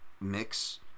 mix